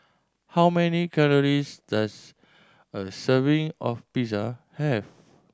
how many calories does a serving of Pizza have